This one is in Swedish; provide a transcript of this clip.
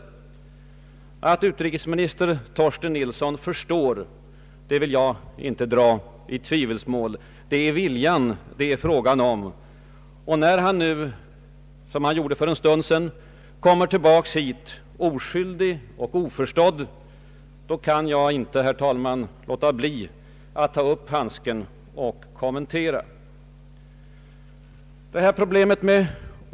Jag vill inte ställa i tvivelsmål att utrikesminister Torsten Nilsson förstår. Det är viljan det är fråga om. När han nu, som han gjorde för en stund sedan, kommer tillbaka till vår kritik förment oskyldig och oförstådd kan jag inte, herr talman, låta bli att ta upp handsken och kommentera hans uttalande.